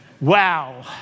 Wow